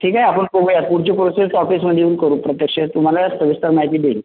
ठीक आहे आपण बघूया पुढची प्रोसेस ऑफिसमध्ये येऊन करू प्रत्यक्ष तुम्हाला सविस्तर माहिती देईल